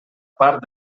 part